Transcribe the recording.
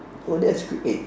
oh that's great